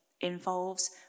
involves